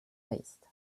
faced